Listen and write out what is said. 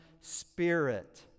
spirit